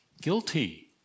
Guilty